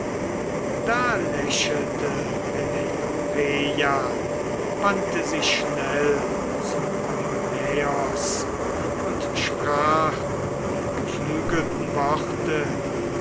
da lächelte penelopeia wandte sich schnell zu eumaios und sprach die geflügelten worte